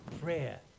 Prayer